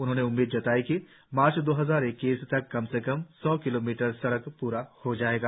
उन्होंने उम्मीद जताई कि मार्च दो हजार इक्कीस तक कम से कम सौ किलोमीटर सड़क प्री हो जाएगी